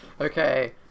Okay